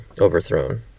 overthrown